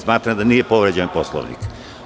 Smatram da nije povređen Poslovnik.